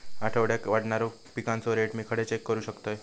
आठवड्याक वाढणारो पिकांचो रेट मी खडे चेक करू शकतय?